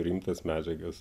rimtas medžiagas